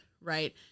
right